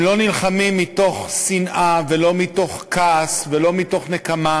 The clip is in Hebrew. הם לא נלחמים מתוך שנאה ולא מתוך כעס ולא מתוך נקמה.